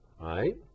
right